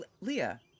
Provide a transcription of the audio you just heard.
Leah